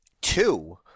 Two